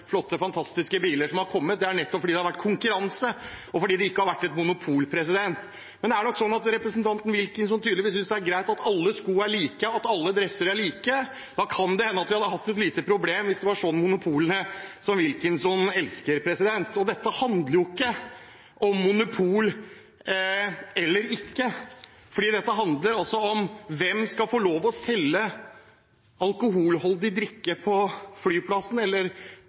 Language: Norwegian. flotte, fantastiske biler som har kommet. Det er nettopp fordi det har vært konkurranse og ikke har vært et monopol. Men representanten Wilkinson synes tydeligvis at det er greit at alle sko er like, og at alle dresser er like. Det kan hende at vi hadde hatt et lite problem hvis det er sånne monopoler som Wilkinson elsker. Dette handler ikke om monopol eller ikke. Dette handler om hvem som skal få lov å selge alkoholholdig drikke på flyplassene, eller